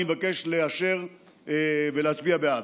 אני מבקש לאשר ולהצביע בעד.